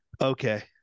okay